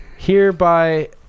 hereby